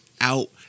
out